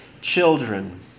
children